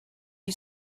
you